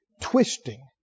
Twisting